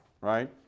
Right